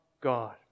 God